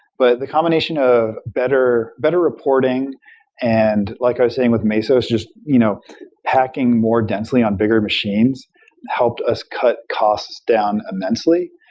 but the combination of better better reporting and, like i was saying with mesos, just you know hacking more densely on bigger machines helped us cut costs down immensely.